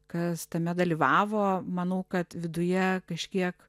kas tame dalyvavo manau kad viduje kažkiek